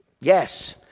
yes